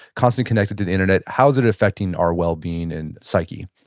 constantly connected to the internet, how is it affecting our well-being and psyche?